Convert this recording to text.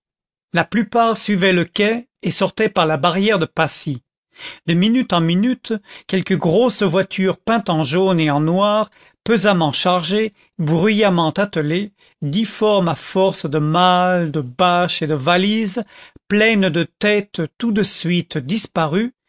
la plupart suivaient le quai et sortaient par la barrière de passy de minute en minute quelque grosse voiture peinte en jaune et en noir pesamment chargée bruyamment attelée difforme à force de malles de bâches et de valises pleine de têtes tout de suite disparues